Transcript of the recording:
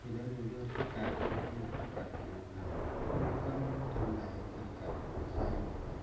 इधर उधर से काट पीट के तो करते हैं अपना उन लोग का वह धँधा है बकरी के कसाई लोग का